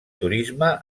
turisme